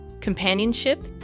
companionship